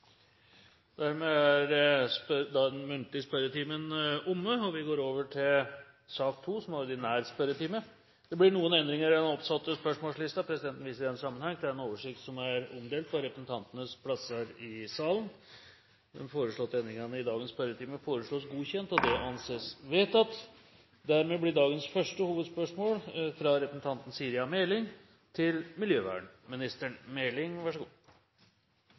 Dermed er den muntlige spørretimen omme, og vi går over til den ordinære spørretimen. Det blir noen endringer i den oppsatte spørsmålslisten, og presidenten viser i den sammenheng til den oversikten som er omdelt på representantenes plasser i salen. De foreslåtte endringer foreslås godkjent. – Det anses vedtatt. Endringene var som følger: Spørsmål 7, fra representanten Per Roar Bredvold til